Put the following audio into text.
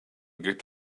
get